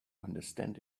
understand